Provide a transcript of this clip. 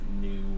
new